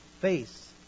face